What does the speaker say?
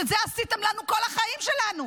את זה עשיתם לנו כל החיים שלנו.